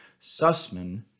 Sussman